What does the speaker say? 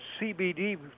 CBD